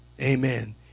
amen